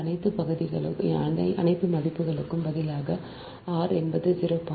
இந்த அனைத்து மதிப்புகளுக்கும் பதிலாக r என்பது 0